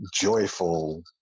joyful